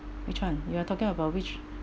which one you are talking about which